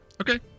Okay